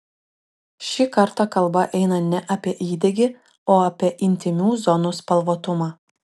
šį kartą kalba eina ne apie įdegį o apie intymių zonų spalvotumą